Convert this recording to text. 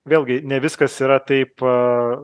vėlgi ne viskas yra taip a